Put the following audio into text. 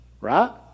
right